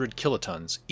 kilotons